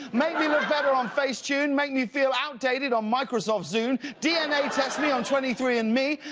make me look better on facetune, make me feel outdated on microsoft zune, d n a. test me on twenty three and me,